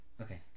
Okay